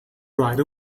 right